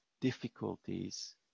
difficulties